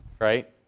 right